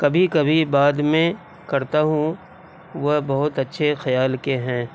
کبھی کبھی بعد میں کرتا ہوں وہ بہت اچھے خیال کے ہیں